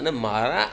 અને મારા